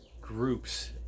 groups